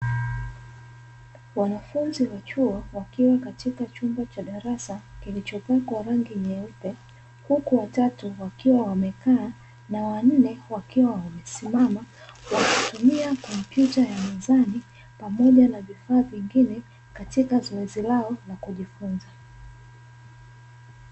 Wanafunzi wa chuo wakiwa katika chumba cha darasa kilichopakwa rangi nyeupe huku watatu wakiwa wamekaa na wanne wakiwa wamesimama wa kutumia kompyuta ya mezani pamoja na vifaa vingine katika zoezi lao la kujifunza.